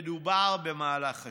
מדובר במהלך חשוב.